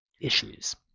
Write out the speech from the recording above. issues